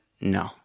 no